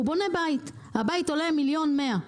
הוא בונה בית שעולה מיליון ו-100.